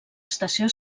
estació